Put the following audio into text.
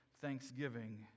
thanksgiving